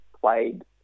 played